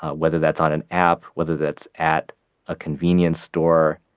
ah whether that's on an app, whether that's at a convenience store,